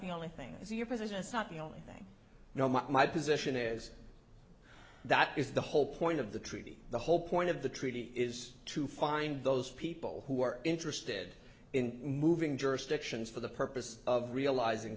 the only thing is your position it's not the only thing you know my position is that is the whole point of the treaty the whole point of the treaty is to find those people who are interested in moving jurisdictions for the purpose of realizing